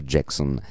Jackson